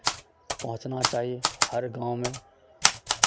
पहुँचना चाही हर गाँवमे